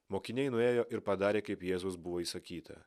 mokiniai nuėjo ir padarė kaip jėzaus buvo įsakyta